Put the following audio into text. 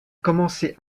commencé